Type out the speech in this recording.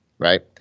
Right